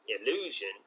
illusion